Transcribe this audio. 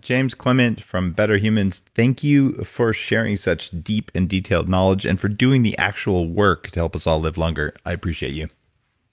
james clement from betterhumans, thank you for sharing such deep and detailed knowledge and for doing the actual work to help us all live longer. i appreciate you